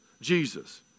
Jesus